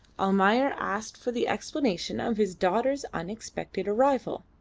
almayer asked for the explanation of his daughter's unexpected arrival.